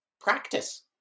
practice